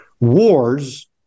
Wars